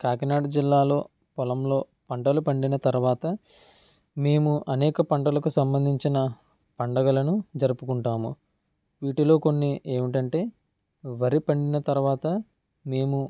కాకినాడ జిల్లాలో పొలంలో పంటలు పండిన తర్వాత మేము అనేక పంటలకు సంబంధించిన పండగలను జరుపుకుంటాము వీటిలో కొన్ని ఏమిటంటే వరి పండిన తర్వాత మేము